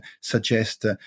suggest